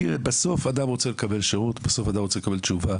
בסוף, אדם רוצה לקבל שירות, אדם רוצה לקבל תשובה.